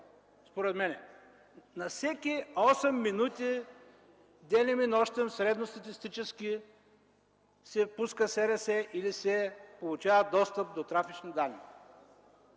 употреба. На всеки 8 минути денем и нощем средно статистически се пуска СРС или се получава достъп до трафични данни.